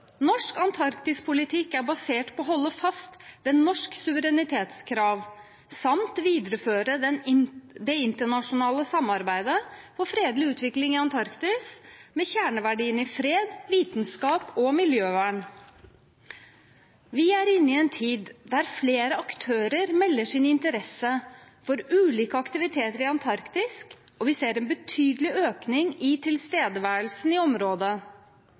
Norsk antarktispolitikk er basert på å holde fast ved norske suverenitetskrav og videreføre det internasjonale samarbeidet for fredelig utvikling i Antarktis med kjerneverdiene fred, vitenskap og miljøvern. Vi er inne i en tid der flere aktører melder sin interesse for ulike aktiviteter i Antarktis, og vi ser en betydelig økning i tilstedeværelsen i området.